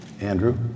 Andrew